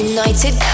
United